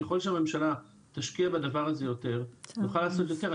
ככל שהממשלה תשקיע בדבר הזה יותר נוכל לעשות יותר.